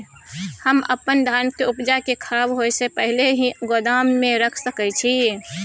हम अपन धान के उपजा के खराब होय से पहिले ही गोदाम में रख सके छी?